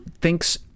thinks